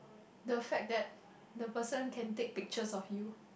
the fact that the person can take pictures of you